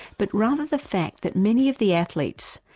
but rather the fact that many of the athletes,